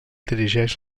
dirigeix